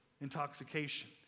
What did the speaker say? intoxication